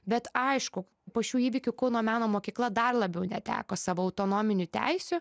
bet aišku po šių įvykių kauno meno mokykla dar labiau neteko savo autonominių teisių